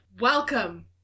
Welcome